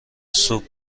سوپ